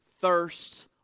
thirst